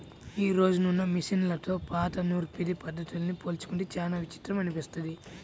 యీ రోజునున్న మిషన్లతో పాత నూర్పిడి పద్ధతుల్ని పోల్చుకుంటే చానా విచిత్రం అనిపిస్తది